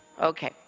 Okay